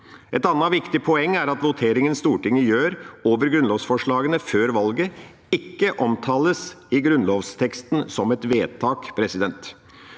Et annet viktig poeng er at voteringen Stortinget gjør over grunnlovsforslag før valget, ikke omtales i grunnlovsteksten som et vedtak. Utvalgets